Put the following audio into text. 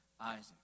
Isaac